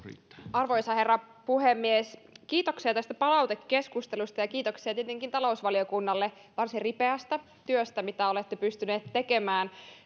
arvoisa herra puhemies kiitoksia tästä palautekeskustelusta ja kiitoksia tietenkin talousvaliokunnalle varsin ripeästä työstä mitä olette pystyneet tekemään